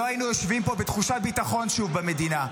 לא היינו יושבים פה בתחושת ביטחון שוב במדינה.